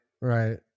right